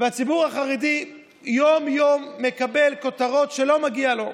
והציבור החרדי יום-יום מקבל כותרות שלא מגיעות לו.